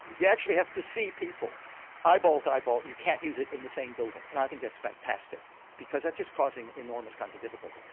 you actually have to see people eyeball to eyeball, you can't use it in the same building and i think that's fantastic because that's just causing enormous kinds of difficulty.